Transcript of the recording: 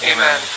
Amen